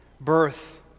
birth